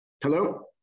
Hello